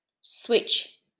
switch